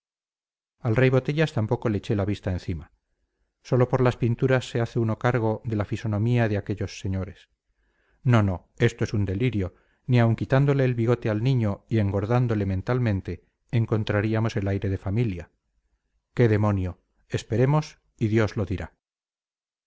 al rey botellas tampoco le eché la vista encima sólo por las pinturas se hace uno cargo de la fisonomía de aquellos señores no no esto es un delirio ni aun quitándole el bigote al niño y engordándole mentalmente encontraríamos el aire de familia qué demonio esperemos y dios lo dirá